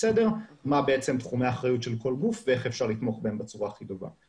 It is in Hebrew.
סדר מה תחומי האחריות של כל גוף ואיך אפשר לתמוך בהם בצורה הכי טובה.